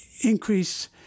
increase